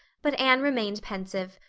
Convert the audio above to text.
but anne remained pensive.